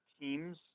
teams